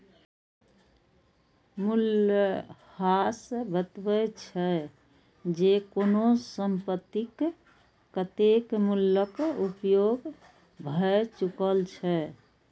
मूल्यह्रास बतबै छै, जे कोनो संपत्तिक कतेक मूल्यक उपयोग भए चुकल छै